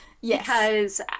Yes